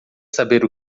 saber